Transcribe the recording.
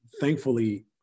thankfully